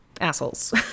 assholes